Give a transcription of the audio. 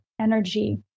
energy